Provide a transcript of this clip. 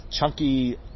chunky